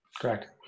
correct